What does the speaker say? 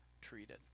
treated